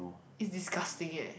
is disgusting eh